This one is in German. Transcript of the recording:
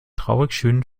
traurigschönen